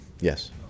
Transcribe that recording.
Yes